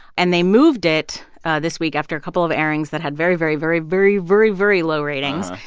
and they moved it this week after a couple of airings that had very, very, very, very, very, very low ratings.